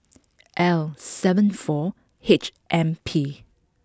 L seven four H M P